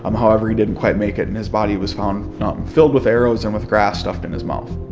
um however, he didn't quite make it. and his body was found filled with arrows and with grass stuffed in his mouth.